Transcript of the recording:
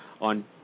on